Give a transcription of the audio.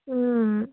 ও